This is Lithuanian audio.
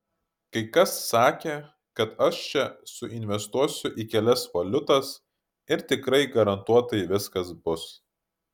kai kas sakė kad aš čia suinvestuosiu į kelias valiutas ir tikrai garantuotai viskas bus